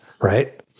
right